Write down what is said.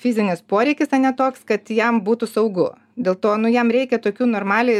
fizinis poreikis ane toks kad jam būtų saugu dėl to jam reikia tokių normaliai